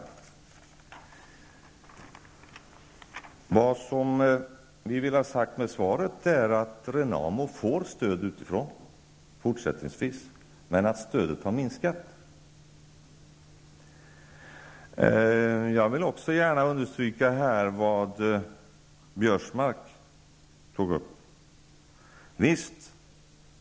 Vad jag vill ha sagt med svaret är att Renamo fortsättningsvis får stöd utifrån men att stödet har minskat. Jag vill också här gärna understryka något som Biörsmark tog upp.